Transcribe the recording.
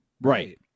Right